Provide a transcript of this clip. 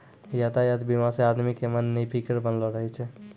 यातायात बीमा से आदमी के मन निफिकीर बनलो रहै छै